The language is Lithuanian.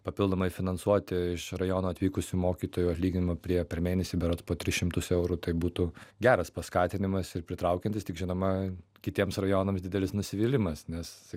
papildomai finansuoti iš rajono atvykusių mokytojų atlyginimą prie per mėnesį berods po tris šimtus eurų tai būtų geras paskatinimas ir pritraukiantis tik žinoma kitiems rajonams didelis nusivylimas nes